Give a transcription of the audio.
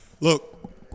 Look